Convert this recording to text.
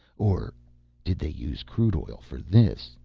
or did they use crude oil for this?